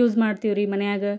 use ಮಾಡ್ತೀವ್ರಿ ಮನೆಯಾಗೆ